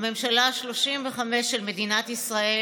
הממשלה השלושים-וחמש של מדינת ישראל